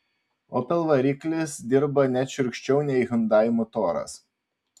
opel variklis dirba net šiurkščiau nei hyundai motoras